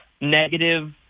negative –